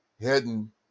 heading